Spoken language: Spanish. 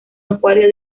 acuario